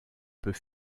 peut